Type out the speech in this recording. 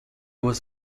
was